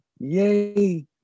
yay